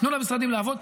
תנו למשרדים לעבוד.